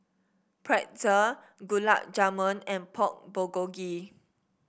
Pretzel Gulab Jamun and Pork Bulgogi